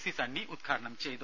C Sunny ഉദ്ഘാടനം ചെയ്തു